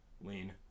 Lean